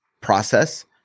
process